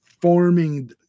forming